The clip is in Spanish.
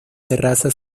terraza